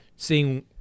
Seeing